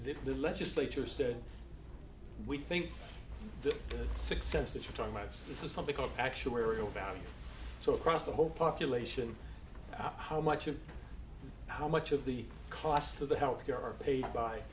the legislature said we think the sixth sense that you're talking let's this is something called actuarial value so across the whole population how much of how much of the cost of the health care are paid by